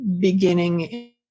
beginning